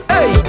Hey